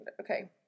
Okay